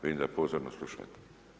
Vidim da pozorno slušate.